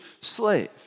slave